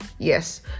yes